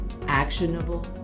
actionable